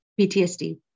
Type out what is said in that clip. PTSD